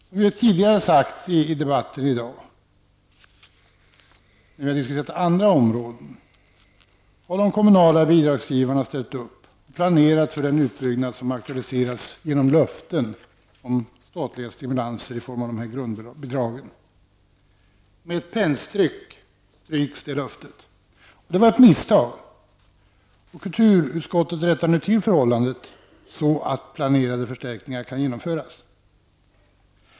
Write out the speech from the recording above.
Som vi sagt tidigare i dag i debatten när vi har diskuterat andra områden har de kommunala bidragsgivarna ställt upp och planerat för den utbyggnad som har aktualiserats genom löften om statliga stimulanser i form av dessa grundbidrag. Med ett pennstreck styks det löftet. Det var ett misstag, och kulturutskottet rättar nu till förhållandet så att planerade förstärkningar kan genomföras.